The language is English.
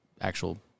actual